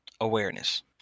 Awareness